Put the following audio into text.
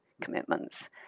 commitments